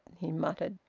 he muttered.